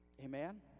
Amen